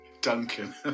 Duncan